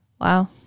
Wow